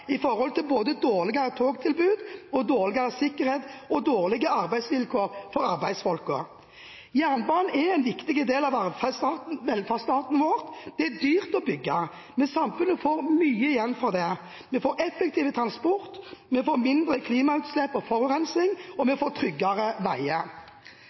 både dårligere togtilbud, dårligere sikkerhet og dårlige arbeidsvilkår for arbeidsfolkene. Jernbanen er en viktig del av velferdsstaten vår, det er dyrt å bygge, men samfunnet får mye igjen for det: Vi får effektiv transport, vi får mindre klimagassutslipp og forurensning, og vi får tryggere veier.